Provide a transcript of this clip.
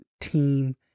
team